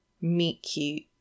meet-cute